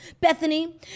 Bethany